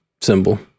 symbol